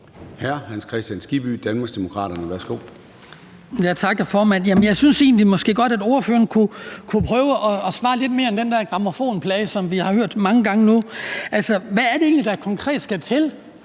Hans Kristian Skibby (DD): Tak, hr. formand. Jeg synes måske egentlig godt, at ordføreren kunne prøve at svare lidt mere end den der grammofonplade, som vi har hørt så mange gange nu. Altså, hvad er det egentlig, der konkret skal til?